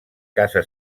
casa